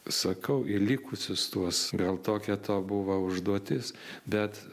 sakau į likusius tuos gal tokia to buvo užduotis bet